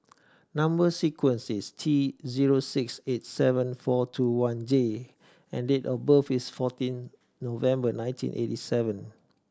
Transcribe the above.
number sequence is T zero six eight seven four two one J and date of birth is fourteen November nineteen eighty seven